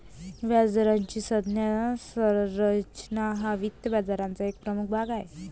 व्याजदराची संज्ञा रचना हा वित्त बाजाराचा एक प्रमुख भाग आहे